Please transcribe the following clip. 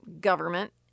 government